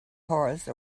horse